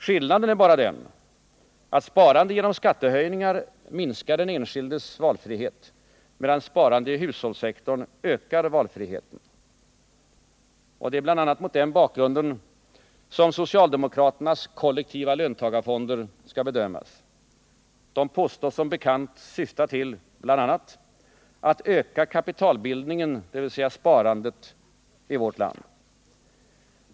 Skillnaden är bara den att sparande genom skattehöjningar minskar den enskilde medborgarens valfrihet medan sparande i hushållssektorn ökar valfriheten. Det är bl.a. mot den bakgrunden som socialdemokraternas kollektiva löntagarfonder skall bedömas. De påstås som bekant syfta till bl.a. att öka kapitalbildningen — dvs. sparandet — i vårt land.